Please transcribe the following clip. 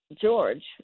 George